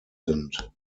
sind